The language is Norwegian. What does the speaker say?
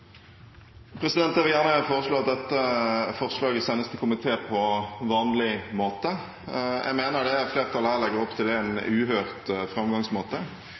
Jeg vil gjerne foreslå at dette forslaget sendes til komité på vanlig måte. Jeg mener det flertallet her legger opp til, er en uhørt framgangsmåte.